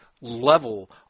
level